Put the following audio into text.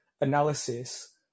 analysis